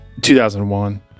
2001